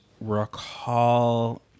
recall